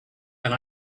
and